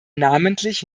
namentlich